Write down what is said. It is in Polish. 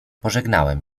pożegnałem